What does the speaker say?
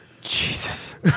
Jesus